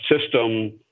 system